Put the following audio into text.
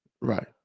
Right